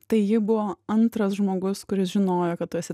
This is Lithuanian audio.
tai ji buvo antras žmogus kuris žinojo kad tu esi